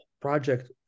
project